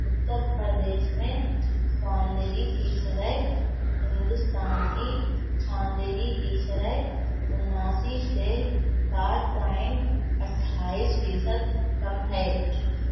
اتّر پردیش میں خواندگی کی شرح ہندوستان کی خواندگی کی شرح اناسی سے پانچ پوائنٹ اٹھائیس فیصد کم ہے